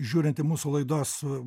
žiūrint į mūsų laidos